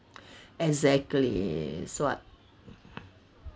exactly is [what]